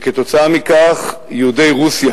כתוצאה מכך יהודי רוסיה